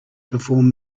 perform